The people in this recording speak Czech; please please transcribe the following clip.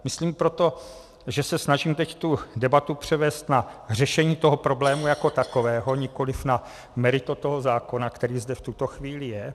Myslím proto, že se snažím teď tu debatu převést na řešení toho problému jako takového, nikoliv na meritum toho zákona, který zde v tuto chvíli je.